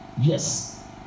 yes